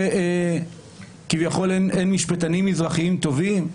כביכול אין משפטנים מזרחיים טובים?